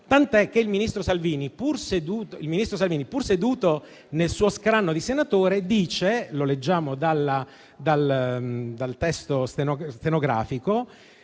tant'è che il ministro Salvini, pur seduto nel suo scranno di senatore affermava, come leggiamo dal Resoconto stenografico: